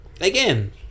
again